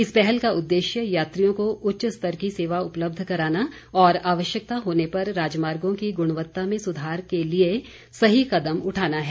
इस पहल का उद्देश्य यात्रियों को उच्च स्तर की सेवा उपलब्ध कराना और आवश्यकता होने पर राजमार्गों की गुणवत्ता में सुधार के लिए सही कदम उठाना है